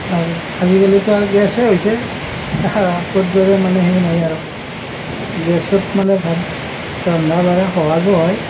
আৰু আজিকালিতো আৰু গেছেই হৈছে আগৰ দৰে মানে হেৰি নাই আৰু গেছত মানে ভাত ৰন্ধা বঢ়া সহজো হয়